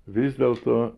vis dėl to